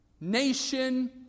nation